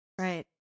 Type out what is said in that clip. Right